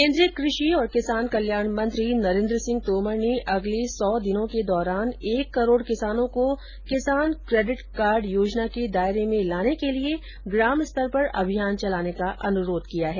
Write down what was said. केन्द्रीय कृषि और किसान कल्याण मंत्री नरेन्द्र सिंह तोमर ने अगले सौ दिनों के दौरान एक करोड़ किसानों को किसान क्रेडिट कार्ड योजना के दायरे में लाने के लिए ग्रामस्तर पर अभियान चलाने का अनुरोध है